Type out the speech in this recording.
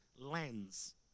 lens